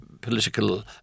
political